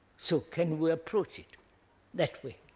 so can we approach it that way?